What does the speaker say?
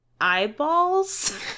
eyeballs